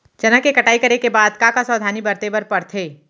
चना के कटाई करे के बाद का का सावधानी बरते बर परथे?